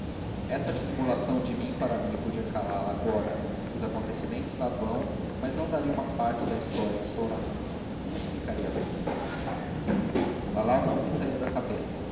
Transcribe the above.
esta dissimulação de mim para mim podia calá la agora que os acontecimentos lá vão mas não daria uma parte da história que estou narrando nem a explicaria bem lalau não me saía da cabeça